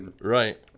Right